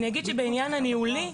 אגיד בעניין הניהולי,